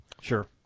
Sure